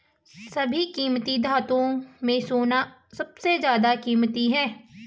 सभी कीमती धातुओं में सोना सबसे ज्यादा कीमती है